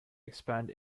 expand